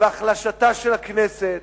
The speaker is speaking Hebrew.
בהחלשתה של הכנסת.